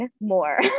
more